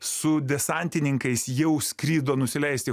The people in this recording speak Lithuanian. su desantininkais jau skrido nusileist į